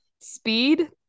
Speed